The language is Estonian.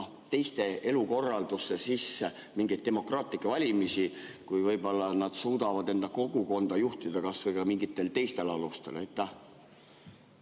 teiste elukorraldusse sisse mingeid demokraatlikke valimisi, kui nad võib-olla suudavad enda kogukonda juhtida ka mingitel teistel alustel? Aitäh